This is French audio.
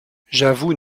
j’avoue